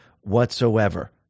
whatsoever